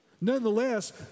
Nonetheless